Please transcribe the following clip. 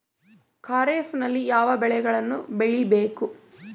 ಖಾರೇಫ್ ನಲ್ಲಿ ಯಾವ ಬೆಳೆಗಳನ್ನು ಬೆಳಿಬೇಕು?